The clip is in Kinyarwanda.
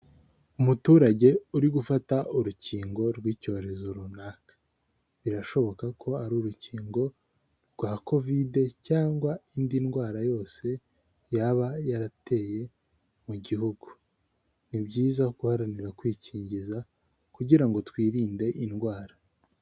Umuturage uri gufata urukingo rw'icyorezo runaka, birashoboka ko ari urukingo rwa Covid cyangwa indi ndwara yose yaba yarateye mu gihugu. Ni byiza guharanira kwikingiza kugira ngo twirinde indwara.